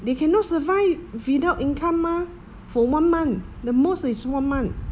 they cannot survive without income mah for one month the most is one month